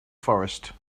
forest